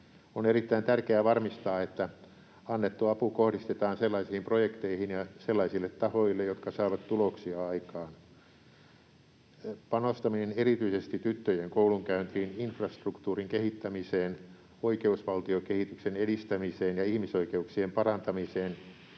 On erittäin tärkeää varmistaa, että annettu apu kohdistetaan sellaisiin projekteihin ja sellaisille tahoille, jotka saavat tuloksia aikaan. Panostaminen erityisesti tyttöjen koulunkäyntiin, infrastruktuurin kehittämiseen, oikeusvaltiokehityksen edistämiseen ja ihmisoikeuksien parantamiseen